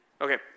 Okay